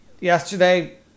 Yesterday